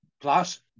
plus